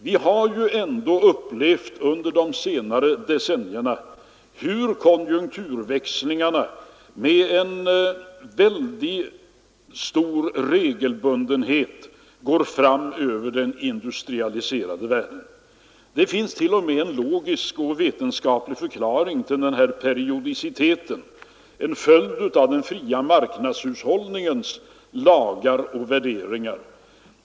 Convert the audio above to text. Vi har ju ändå under de senare decennierna upplevt hur konjunkturväxlingarna med väldigt stor regelbundenhet går fram över den industrialiserade världen. Det finns t.o.m. en logisk och vetenskaplig förklaring till den här periodiciteten: den är en följd av den fria marknadshushållningens lagar och värderingar.